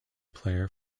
player